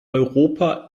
europa